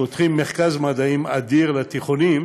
פותחים מרכז מדעים אדיר לתיכונים בבן-גוריון,